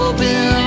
Open